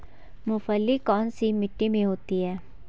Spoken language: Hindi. मूंगफली कौन सी मिट्टी में होती है?